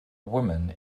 woman